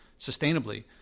sustainably